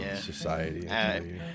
society